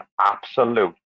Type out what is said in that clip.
absolute